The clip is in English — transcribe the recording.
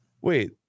Wait